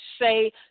say